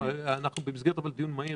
אבל צריך לקחת בחשבון שאנחנו במסגרת דיון מהיר.